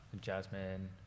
Jasmine